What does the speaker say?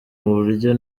buryo